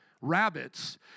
rabbits